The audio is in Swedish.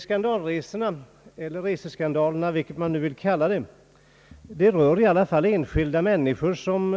Skandalresorna eller reseskandalerna — vilket man nu vill kalla det — berör enskilda människor som